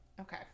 Okay